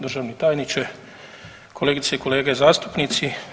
Državni tajniče, kolegice i kolege zastupnici.